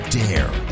dare